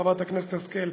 חברת הכנסת השכל,